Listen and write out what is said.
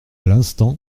l’instant